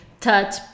touch